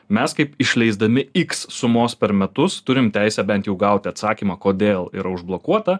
mes kaip išleisdami x sumos per metus turim teisę bent jų gauti atsakymą kodėl yra užblokuota